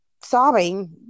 sobbing